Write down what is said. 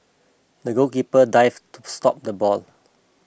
the goalkeeper dived to stop the ball